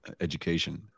education